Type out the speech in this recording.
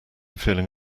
feeling